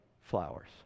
flowers